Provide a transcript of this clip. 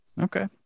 Okay